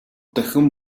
дахин